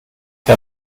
der